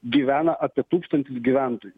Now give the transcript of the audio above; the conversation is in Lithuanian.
gyvena apie tūkstantis gyventojų